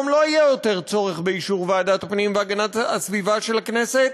היום לא יהיה יותר צורך באישור ועדת הפנים והגנת הסביבה של הכנסת.